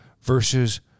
versus